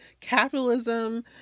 Capitalism